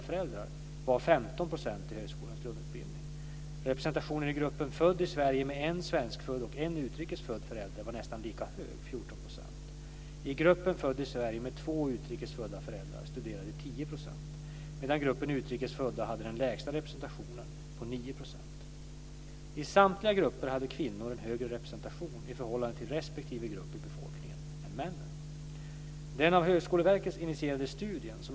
Representationen i gruppen född i Sverige med en svenskfödd och en utrikes född förälder var nästan lika hög, 14 %. I gruppen född i Sverige med två utrikes födda föräldrar studerade 10 %, medan gruppen utrikes födda hade den lägsta representationen på 9 %. I samtliga grupper hade kvinnor en högre representation, i förhållande till respektive grupp i befolkningen, än männen.